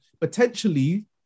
potentially